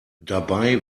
dabei